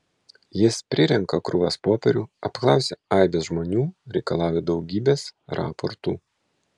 jis prirenka krūvas popierių apklausia aibes žmonių reikalauja daugybės raportų